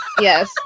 Yes